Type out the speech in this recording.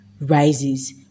rises